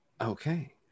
Okay